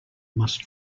must